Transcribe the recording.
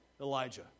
Elijah